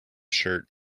shirt